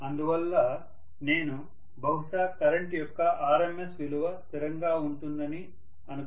అందువల్ల నేను బహుశా కరెంటు యొక్క rms విలువ స్థిరంగా ఉంటుందని అనుకుంటున్నాను